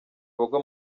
bagwa